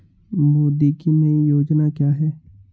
मोदी की नई योजना क्या है?